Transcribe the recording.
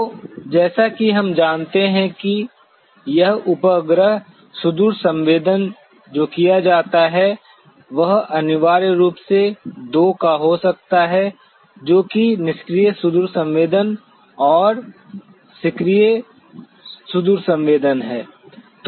तो जैसा कि हम जानते हैं कि यह उपग्रह सुदूर संवेदन जो किया जाता है वह अनिवार्य रूप से दो का हो सकता है जो कि निष्क्रिय सुदूर संवेदन और सक्रिय सुदूर संवेदन है